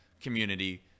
community